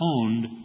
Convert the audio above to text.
owned